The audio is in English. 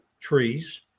trees